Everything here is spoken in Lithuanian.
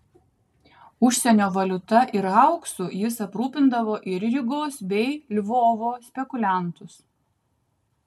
užsienio valiuta ir auksu jis aprūpindavo ir rygos bei lvovo spekuliantus